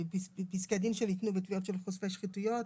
פסקי דין שניתנו בתביעות של חושפי שחיתויות.